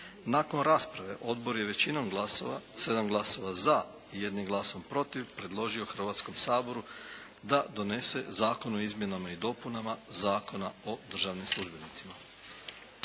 Nakon rasprave odbor je većinom glasova, 7 glasova za i jednim glasom protiv predložio Hrvatskom saboru da donese Zakon o izmjenama i dopunama Zakona o državnim službenicima.